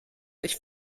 ich